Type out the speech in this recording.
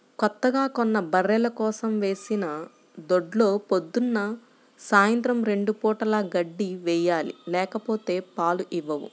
కొత్తగా కొన్న బర్రెల కోసం వేసిన దొడ్లో పొద్దున్న, సాయంత్రం రెండు పూటలా గడ్డి వేయాలి లేకపోతే పాలు ఇవ్వవు